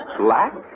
Black